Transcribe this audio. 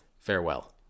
farewell